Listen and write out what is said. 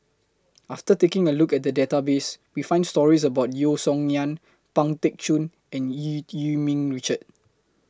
after taking A Look At The Database We found stories about Yeo Song Nian Pang Teck Joon and EU Yee Ming Richard